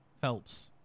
Phelps